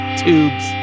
Tubes